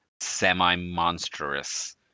semi-monstrous